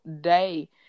day